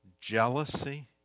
jealousy